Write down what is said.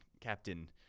Captain